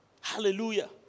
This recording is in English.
Hallelujah